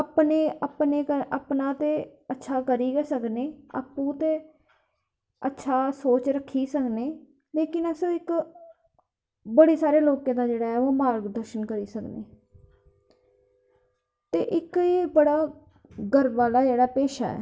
अपने अपने अपना ते अछा करी गै सकने अप्पू ते अछी सोच रक्खी गै सकने लेकिन अस इक बड़े सारे लोकें दा जेह्ड़ा मार्ग दर्शन करी सकने ते इक बड़ा गर्व आह्ला पेशा ऐ